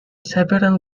several